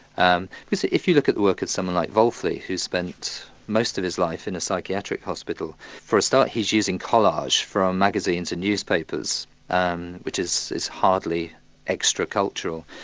um because if you look at the work of someone like wolfli, who spent most of his life in a psychiatric hospital, for a start he's using collage from magazines and newspapers um which is is hardly extra-cultural.